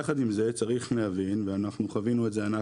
יחד עם זה צריך להבין ואנחנו חווינו את זה אנחנו